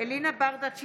אלינה ברדץ'